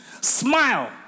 smile